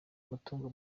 amatungo